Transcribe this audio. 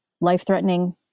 life-threatening